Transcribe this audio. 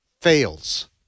fails